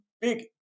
big